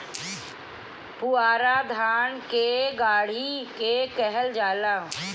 पुअरा धान के डाठी के कहल जाला